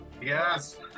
Yes